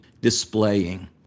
displaying